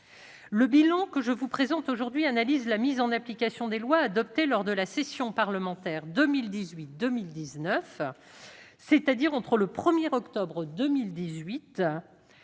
Le bilan que je vous présente aujourd'hui analyse la mise en application des lois adoptées lors de la session parlementaire 2018-2019, c'est-à-dire entre le 1 octobre 2018